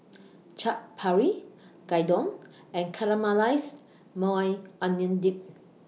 Chaat Papri Gyudon and Caramelized Maui Onion Dip